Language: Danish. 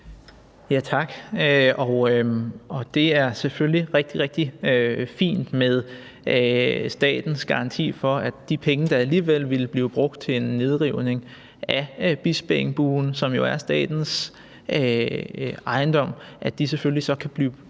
Tak. Det er selvfølgelig rigtig, rigtig fint med statens garanti for, at de penge, der alligevel ville blive brugt til en nedrivning af Bispeengbuen, som jo er statens ejendom, så selvfølgelig kan blive puttet